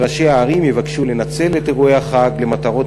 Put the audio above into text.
וראשי הערים יבקשו לנצל את אירועי החג למטרות